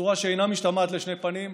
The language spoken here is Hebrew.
בצורה שאינה משתמעת לשני פנים: